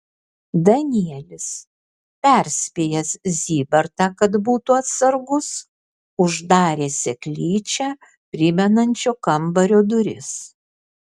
danielis perspėjęs zybartą kad būtų atsargus uždarė seklyčią primenančio kambario duris